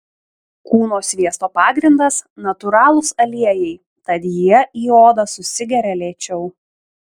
kūno sviesto pagrindas natūralūs aliejai tad jie į odą susigeria lėčiau